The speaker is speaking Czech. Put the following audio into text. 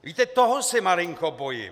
Víte, toho se malinko bojím.